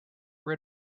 rid